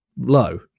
low